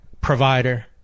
provider